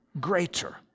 greater